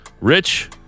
Rich